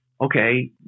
okay